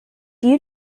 you